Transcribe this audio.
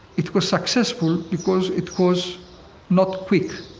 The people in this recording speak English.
it was successful because it was not quick.